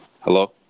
Hello